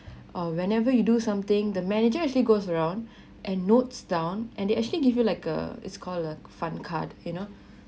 or whenever you do something the manager actually goes around and notes down and they actually give you like a it's call a fun card you know